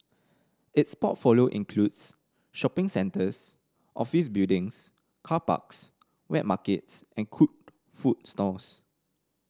its portfolio includes shopping centres office buildings car parks wet markets and cooked food stalls